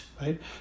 right